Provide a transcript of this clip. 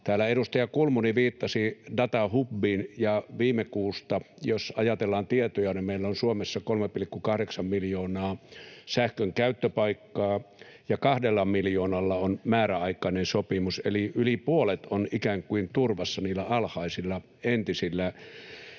Täällä edustaja Kulmuni viittasi datahubiin, ja viime kuusta jos ajatellaan tietoja, niin meillä on Suomessa 3,8 miljoonaa sähkön käyttöpaikkaa ja kahdella miljoonalla on määräaikainen sopimus, eli yli puolet on ikään kuin turvassa niillä alhaisilla, entisillä